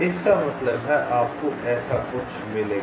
इसका मतलब है आपको ऐसा कुछ मिलेगा